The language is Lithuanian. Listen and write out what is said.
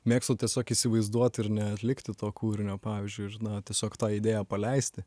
mėgstu tiesiog įsivaizduot ir neatlikti to kūrinio pavyzdžiui ir na tiesiog tą idėją paleisti